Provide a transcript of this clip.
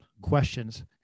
questions